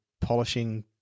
polishing